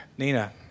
Nina